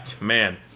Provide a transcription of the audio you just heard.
man